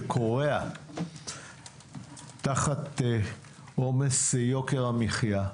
שכורע תחת עומס יוקר המחיה.